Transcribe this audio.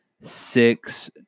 Six